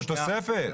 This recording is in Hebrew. זו תוספת.